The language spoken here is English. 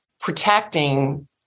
protecting